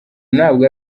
ntabwo